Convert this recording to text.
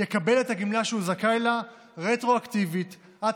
יקבל את הגמלה שהוא זכאי לה רטרואקטיבית עד